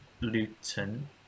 Luton